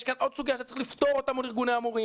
יש כאן עוד סוגיה שצריך לפתור אותה מול ארגוני המורים